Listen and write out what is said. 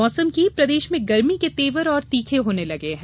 मौसम प्रदेश में गरमी के तेवर और तीखे होने लगे हैं